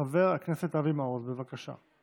חבר הכנסת אבי מעוז, בבקשה.